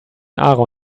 aaron